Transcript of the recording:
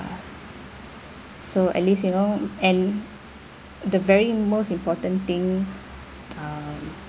so at least you know and the very most important thing um